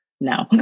no